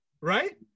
right